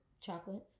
chocolates